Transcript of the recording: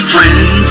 Friends